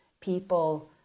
people